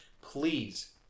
please